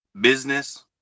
business